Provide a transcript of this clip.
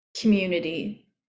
community